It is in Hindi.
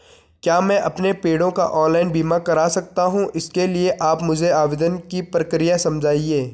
क्या मैं अपने पेड़ों का ऑनलाइन बीमा करा सकता हूँ इसके लिए आप मुझे आवेदन की प्रक्रिया समझाइए?